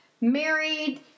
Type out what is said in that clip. married